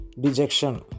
dejection